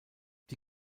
die